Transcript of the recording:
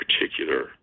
particular